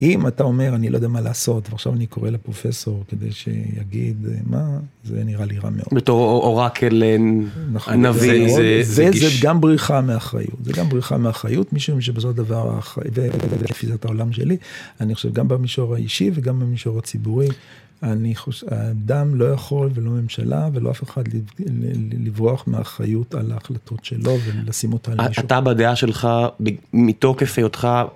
אם אתה אומר, אני לא יודע מה לעשות, ועכשיו אני קורא לפרופסור כדי שיגיד מה, זה נראה לי רע מאוד. בתור אורקל, נביא. זה זה גם בריחה מהאחריות, זה גם בריחה מהאחריות, משום שבסופו של דבר, האחריות... זה תפיסת העולם שלי. אני חושב, גם במישור האישי וגם במישור הציבורי, אני חושב, האדם לא יכול ולא ממשלה, ולא אף אחד לברוח מהאחריות על ההחלטות שלו ולשים אותה על מישור. אתה, בדעה שלך, מתוקף היותך,